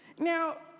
now,